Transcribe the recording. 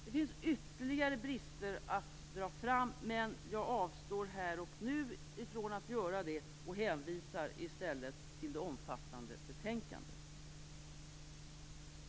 Det finns ytterligare tvister att dra fram, men jag avstår här och nu från att göra det och hänvisar i stället till det omfattande betänkandet.